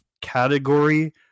category